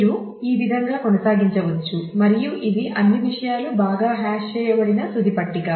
మీరు ఈ విధంగా కొనసాగవచ్చు మరియు ఇది అన్ని విషయాలు బాగా హాష్ చేయబడిన తుది పట్టిక